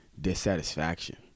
dissatisfaction